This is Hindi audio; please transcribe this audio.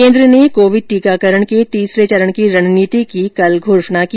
केन्द्र ने कोविड टीकाकरण के तीसरे चरण की रणनीति की कल घोषणा की